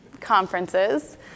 conferences